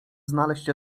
znaleźć